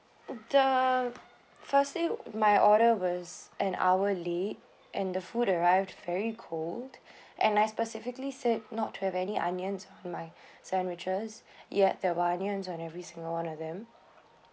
the firstly my order was an hour late and the food arrived very cold and I specifically said not to have any onions on my sandwiches yet there were onions on every single one of them